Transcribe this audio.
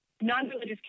non-religious